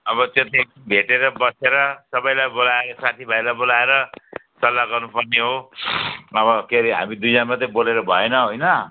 अब त्यो चाहिँ भेटेर बसेर सबैलाई बोलाएर साथीभाइलाई बोलाएर सल्लाह गर्नुपर्ने हो अब के रे हामी दुईजना मा त्रै बोलेर भएन होइन